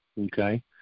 okay